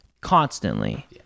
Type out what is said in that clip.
Constantly